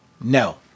No